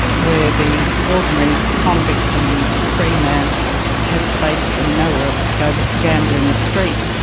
where the ordinary convict and free man had basically nowhere else to go but gamble in the street.